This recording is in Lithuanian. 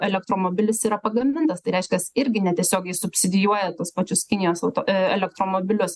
elektromobilis yra pagamintas tai reiškias irgi netiesiogiai subsidijuoja tuos pačius kinijos auto elektromobilius